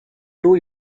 two